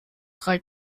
drei